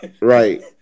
right